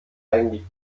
eigentlich